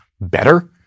better